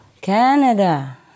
Canada